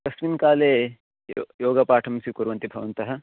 तस्मिन् काले यो योगपाठं स्वीकुर्वन्ति भवन्तः